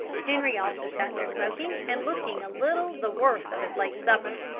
henri also sat there smoking, and looking a little the worse of his late supper.